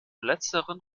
letzteren